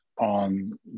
On